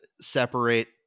separate